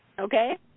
Okay